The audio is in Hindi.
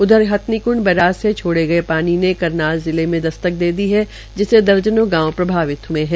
उधर हथिनी कृंड बैराज से छोड़े गये पानी ने करनाल जिले में दस्तक दे दी है जिससे दर्जनों गांव प्रभावित हए है